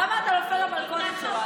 למה אתה נופל למלכודת שלו?